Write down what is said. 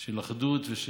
של אחדות.